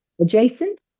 adjacent